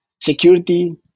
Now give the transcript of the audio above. security